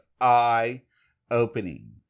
eye-opening